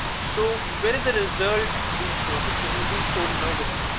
so where is the result being stored? it is being stored nowhere.